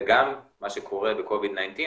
וגם מה שקורה בקוביד-19,